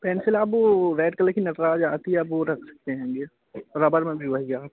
pencil आप वो red colour की नटराज आती है आप वो रख सकते हैंगे रबर में भी वही हाँ